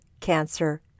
Cancer